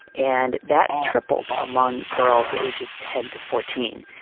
and that tripled among girls aged ten to fourteen.